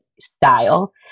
style